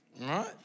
right